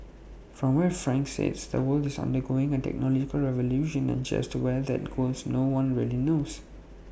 from where frank sits the world is undergoing A technological revolution and just where that goes no one really knows